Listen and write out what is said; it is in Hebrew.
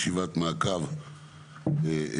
ישיבת מעקב בנושא.